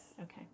Okay